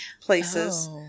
places